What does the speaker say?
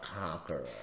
conqueror